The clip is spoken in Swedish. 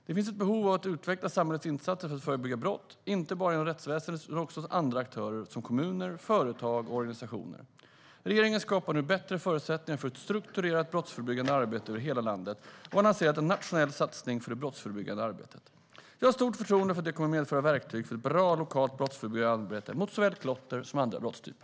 Det finns ett behov av att utveckla samhällets insatser för att förebygga brott, inte bara inom rättsväsendet utan också hos andra aktörer såsom kommuner, företag och organisationer. Regeringen skapar nu bättre förutsättningar för ett strukturerat brottsförebyggande arbete över hela landet och har lanserat en nationell satsning för det brottsförebyggande arbetet. Jag har stort förtroende för att det kommer att medföra verktyg för ett bra lokalt brottsförebyggande arbete mot såväl klotter som andra brottstyper.